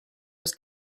was